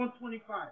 125